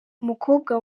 umukobwa